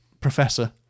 professor